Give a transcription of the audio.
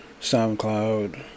SoundCloud